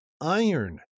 iron